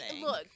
Look